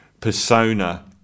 persona